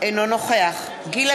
אינו נוכח גילה